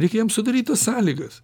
reikia jam sudaryt tas sąlygas